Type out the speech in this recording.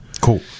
Cool